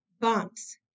bumps